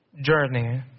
journey